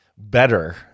better